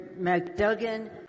McDuggan